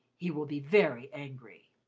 he will be very angry.